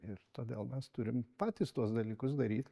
ir todėl mes turim patys tuos dalykus daryt